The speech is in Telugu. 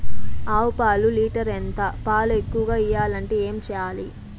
ఆవు పాలు లీటర్ ఎంత? పాలు ఎక్కువగా ఇయ్యాలంటే ఏం చేయాలి?